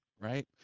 right